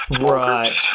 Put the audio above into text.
Right